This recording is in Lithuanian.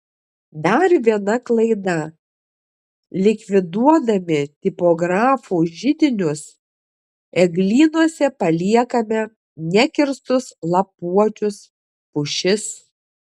dar viena klaida likviduodami tipografų židinius eglynuose paliekame nekirstus lapuočius pušis